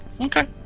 Okay